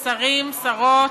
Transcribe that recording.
תודה רבה, שרים, שרות,